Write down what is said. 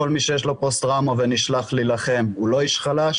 כל מי שיש לו פוסט-טראומה ונשלח להילחם הוא לא איש חלש.